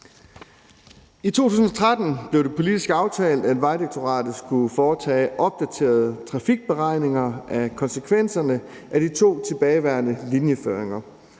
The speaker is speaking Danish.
I 2013 blev det politisk aftalt, at Vejdirektoratet skulle foretage opdaterede trafikberegninger af konsekvenserne af de to tilbageværende linjeføringer.